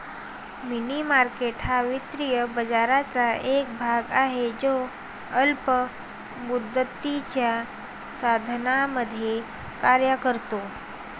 मनी market हा वित्तीय बाजाराचा एक भाग आहे जो अल्प मुदतीच्या साधनांमध्ये कार्य करतो